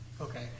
Okay